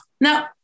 no